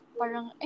parang